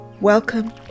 Welcome